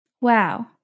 Wow